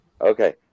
Okay